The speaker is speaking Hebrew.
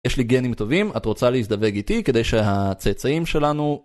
יש לי גנים טובים, את רוצה להזדווג איתי כדי שהצאצאים שלנו...